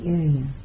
area